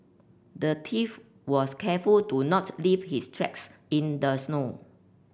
the thief was careful to not leave his tracks in the snow